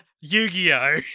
Yu-Gi-Oh